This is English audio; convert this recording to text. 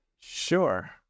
Sure